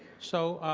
so,